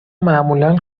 معمولا